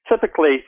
typically